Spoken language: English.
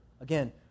Again